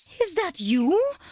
is that you,